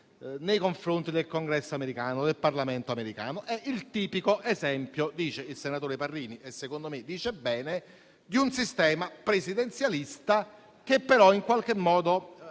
nei confronti del Congresso americano. È il tipico esempio, dice il senatore Parrini e secondo me dice bene, di un sistema presidenzialista che però in qualche modo